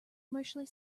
commercially